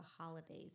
holidays